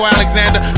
Alexander